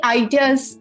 ideas